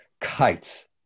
kites